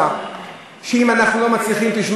תדבר קצת עלינו.